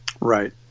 Right